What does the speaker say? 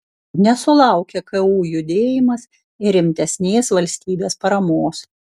nesulaukė ku judėjimas ir rimtesnės valstybės paramos